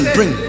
Bring